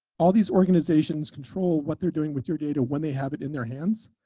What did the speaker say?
all these organizations control what they're doing with your data when they have it in their hands.